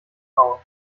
bauen